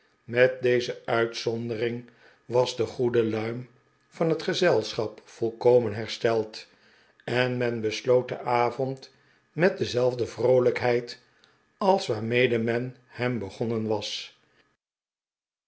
met deze uitwondering was de goede luim van het gezelschap volkomen hersteld en men bersloot den avond met dezelfde vroolijkheid als waarmede men hem begonnen was